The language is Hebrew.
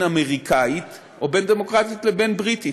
"אמריקנית" או בין "דמוקרטית" לבין "בריטית".